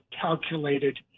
calculated